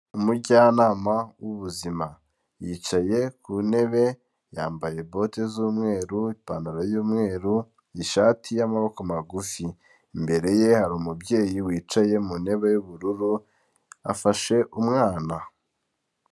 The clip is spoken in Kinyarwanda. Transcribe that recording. Umujyanama w'ubuzima, yicaye ku ntebe yambaye bote z'umweru, ipantaro y'umweru, ishati y'amaboko magufi, imbere ye hari umubyeyi wicaye mu ntebe y'ubururu afashe umwana.